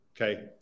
Okay